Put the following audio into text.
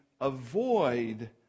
avoid